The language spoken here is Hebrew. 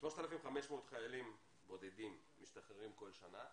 3,500 חיילים בודדים משתחררים כל שנה,